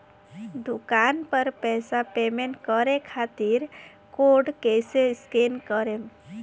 दूकान पर पैसा पेमेंट करे खातिर कोड कैसे स्कैन करेम?